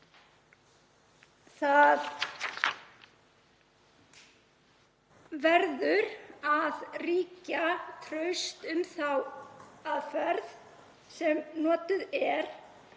það verður að ríkja traust um þá aðferð sem notuð er.